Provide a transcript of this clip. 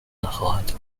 نخواهد